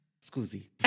Scusi